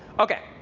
ok.